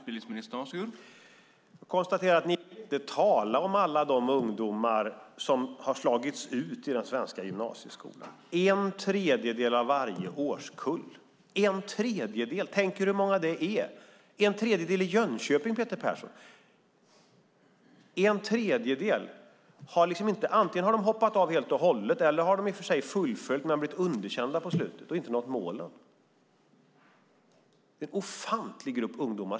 Herr talman! Jag konstaterar att ni inte vill tala om alla de ungdomar som har slagits ut i den svenska gymnasieskolan - en tredjedel av varje årskull. Tänk er hur många det är. En tredjedel i Jönköping, Peter Persson, har antingen hoppat av gymnasieskolan helt och hållet eller fullföljt och blivit underkända för att de inte nått målen. Det är en ofantlig grupp ungdomar.